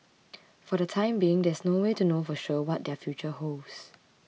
for the time being there is no way to know for sure what their future holds